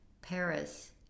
Paris